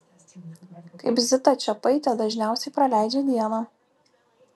kaip zita čepaitė dažniausiai praleidžia dieną